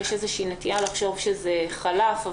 יש איזושהי נטייה לחשוב שזה חלף,